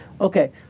Okay